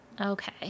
Okay